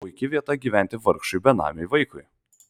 puiki vieta gyventi vargšui benamiui vaikui